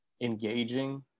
engaging